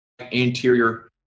anterior